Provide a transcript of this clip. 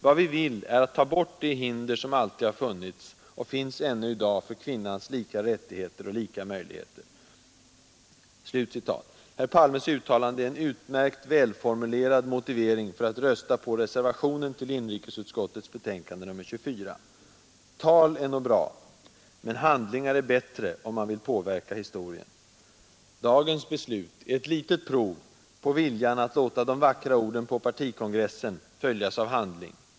Vad vi vill är att ta bort de hinder som alltid har funnits och finns ännu i dag för kvinnans lika rättigheter och lika möjligheter.” Herr Palmes uttalande är en utmärkt välformulerad motivering för att rösta på reservationen till inrikesutskottets betänkande nr 24. Tal är nog bra, men handlingar är bättre om man vill påverka historien. Dagens beslut är ett litet prov på viljan att låta de vackra orden på partikongressen följas av handling.